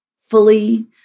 fully